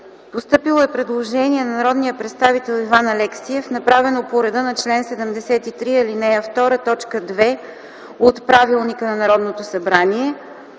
Постъпило е предложение от народния представител Иван Алексиев, направено по реда на чл. 73, ал. 2, т. 2 от Правилника на Народното събрание.